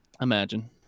imagine